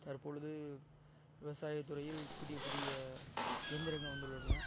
தற்பொழுது விவசாயத்துறையில் புதிய புதிய இயந்திரங்கள் வந்துள்ளன